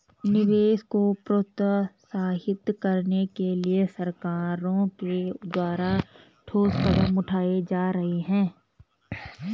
निवेश को प्रोत्साहित करने के लिए सरकारों के द्वारा ठोस कदम उठाए जा रहे हैं